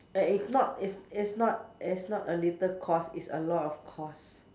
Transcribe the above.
and it's not it's it's not it is not a little cost it's a lot of cost